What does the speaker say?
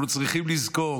אנחנו צריכים לזכור,